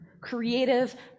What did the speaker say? Creative